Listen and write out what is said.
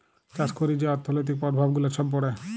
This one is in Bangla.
চাষ ক্যইরে যে অথ্থলৈতিক পরভাব গুলা ছব পড়ে